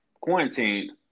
quarantined